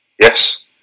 Yes